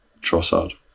trossard